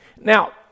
Now